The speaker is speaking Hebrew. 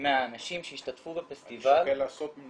מהאנשים שהשתתפו בפסטיבל